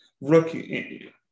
rookie